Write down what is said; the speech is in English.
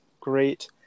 great